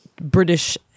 British